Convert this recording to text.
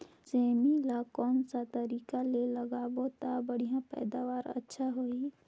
सेमी ला कोन सा तरीका ले लगाबो ता बढ़िया पैदावार अच्छा होही?